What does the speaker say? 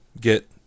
get